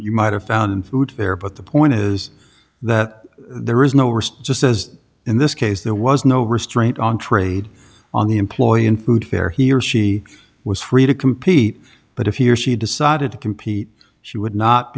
you might have found in food there but the point is that there is no risk just as in this case there was no restraint on trade on the employee in food fair he or she was free to compete but if he or she decided to compete she would not